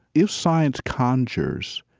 if science conjures,